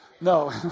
No